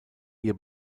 ihr